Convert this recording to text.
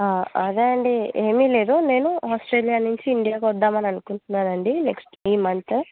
అదే అండి ఏమీ లేదు నేను ఆస్ట్రేలియా నుంచి ఇండియాకి వద్దాం అని అనుకుంటాన్నానండి నెక్స్ట్ ఈ మంత్